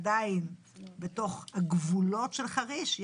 עדיין בתוך הגבולות של חריש,